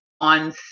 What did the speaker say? On